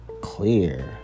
clear